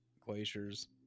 glaciers